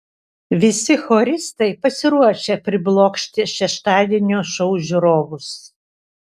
visi choristai pasiruošę priblokšti šeštadienio šou žiūrovus